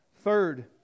Third